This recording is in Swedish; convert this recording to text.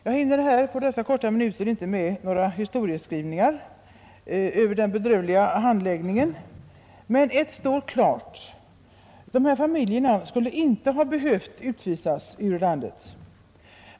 Jag hinner här på dessa få minuter inte med någon historieskrivning över den bedrövliga handläggningen, men ett står klart: Dessa familjer skulle inte ha behövt utvisas ur landet.